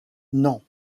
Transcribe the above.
non